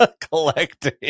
collecting